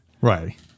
Right